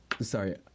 Sorry